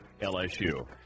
LSU